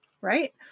Right